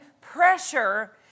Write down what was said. pressure